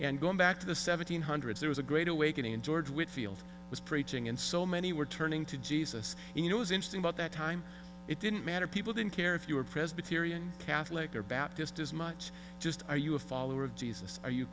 and going back to the seventeen hundreds there was a great awakening and george whitfield was preaching and so many were turning to jesus you know was interesting about that time it didn't matter people didn't care if you were presbyterian catholic or baptist as much just are you a follower of jesus are you